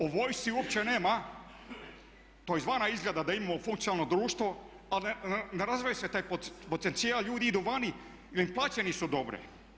O vojsci uopće nema, to izvana izgleda da imamo funkcionalno društvo, a ne razvija se taj potencijal, ljudi idu vani jer im plaće nisu dobre.